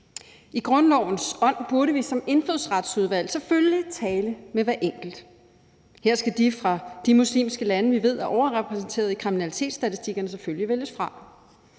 I grundlovens ånd burde vi som Indfødsretsudvalg selvfølgelig tale med hver enkelt ansøger. Her skal dem fra de muslimske lande, vi ved er overrepræsenteret i kriminalitetsstatistikkerne, selvfølgelig vælges fra.